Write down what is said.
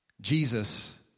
Jesus